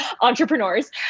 entrepreneurs